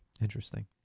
Interesting